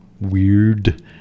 weird